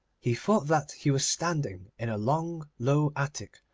he thought that he was standing in a long, low attic,